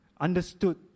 understood